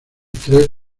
tres